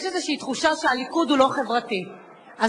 אז